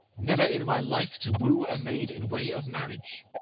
never in my life to woo a maid in way of marriage